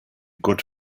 good